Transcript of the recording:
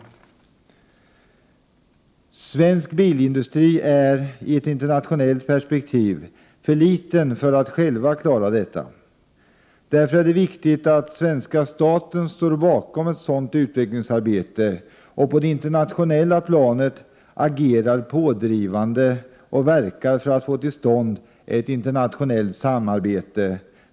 Svensk bilindustri är i ett internationellt perspektiv för liten för att själv klara detta. Därför är det viktigt att svenska staten står bakom ett sådant utvecklingsarbete och på det internationella planet agerar pådrivande och verkar för att få till stånd ett internationellt samarbete.